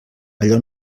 allò